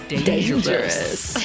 Dangerous